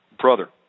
brother